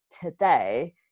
today